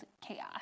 chaos